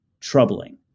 troubling